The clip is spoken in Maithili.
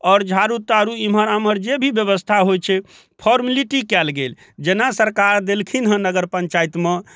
आओर झाड़ू ताड़ू इम्हर आम्हर जे भी बेबस्था होइ छै फोर्मलिटी कयल गेल जेना सरकार देलखिन हँ नगर पञ्चायतमे